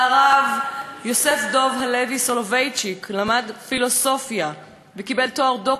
הרב יוסף דב הלוי סולובייצ'יק למד פילוסופיה וקיבל תואר דוקטור,